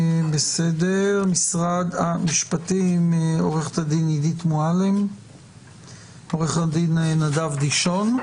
ממשרד המשפטים עו"ד עידית מועלם ועו"ד נדב דישון.